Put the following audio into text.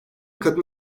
kadın